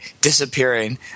disappearing